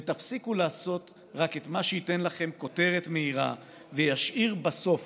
ותפסיקו לעשות רק את מה שייתן לכם כותרת מהירה וישאיר בסוף